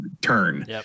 turn